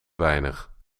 weinig